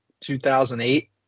2008